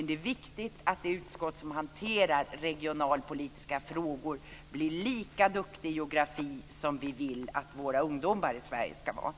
Det är viktigt att det utskott som hanterar regionalpolitiska frågor blir lika duktigt i geografi som vi vill att våra ungdomar i Sverige ska vara.